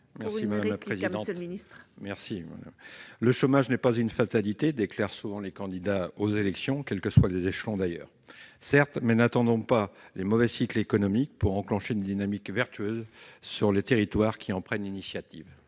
Priou, pour la réplique. « Le chômage n'est pas une fatalité », déclarent souvent les candidats aux élections, quels que soient les échelons territoriaux d'ailleurs. Certes ! Mais n'attendons pas les mauvais cycles économiques pour enclencher une dynamique vertueuse sur les territoires qui en prennent l'initiative.